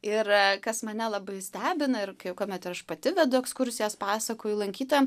ir kas mane labai stebina ir kuomet ir aš pati vedu ekskursijas pasakoju lankytojam